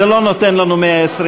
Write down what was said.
זה לא נותן לנו 120,